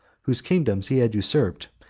whose kingdoms he had usurped,